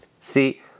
See